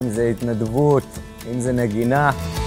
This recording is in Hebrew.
אם זה התנדבות, אם זה נגינה.